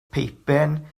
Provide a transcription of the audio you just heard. peipen